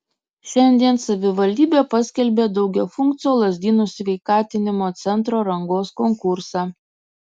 šiandien savivaldybė paskelbė daugiafunkcio lazdynų sveikatinimo centro rangos konkursą